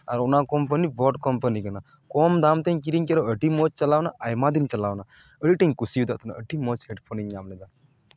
ᱟᱨ ᱚᱱᱟ company board company ᱠᱟᱱᱟ ᱠᱚᱢ ᱫᱟᱢ ᱛᱮᱧ ᱠᱤᱨᱤᱧ ᱠᱮᱫ ᱨᱮᱦᱚᱸ ᱟᱹᱰᱤ ᱢᱚᱡᱽ ᱪᱟᱞᱟᱣᱮᱱᱟ ᱟᱭᱢᱟ ᱫᱤᱱ ᱪᱟᱞᱟᱣᱱᱟ ᱟᱹᱰᱤᱴᱟᱧ ᱠᱩᱥᱤᱭᱟᱠᱟᱫ ᱛᱟᱦᱮᱱᱟ ᱟᱹᱰᱤ ᱢᱚᱡᱽ ᱦᱮᱰ ᱯᱷᱳᱱᱤᱧ ᱧᱟᱢ ᱞᱮᱫᱟ